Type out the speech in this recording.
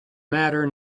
matter